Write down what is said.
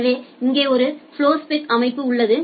எனவே இங்கே ஒரு ஃப்ளோஸ்பெக் அமைப்பு உள்ளது